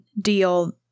deal